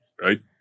Right